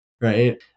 right